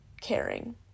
caring